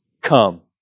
come